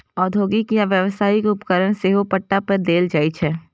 औद्योगिक या व्यावसायिक उपकरण सेहो पट्टा पर देल जाइ छै